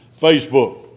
Facebook